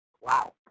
Wow